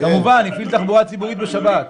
שהפעיל תחבורה ציבורית בשבת.